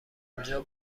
اونجا